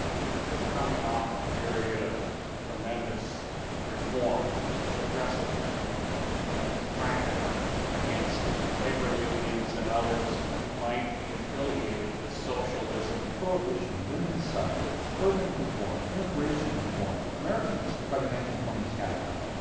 we were just coming off a period of tremendous reform, the progressive era. there was a tremendous crackdown against labor unions and others who might be affiliated with socialism. prohibition, women's suffrage, urban reform, immigration reform americans by the nineteen twenty s had enough.